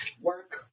work